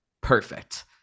Perfect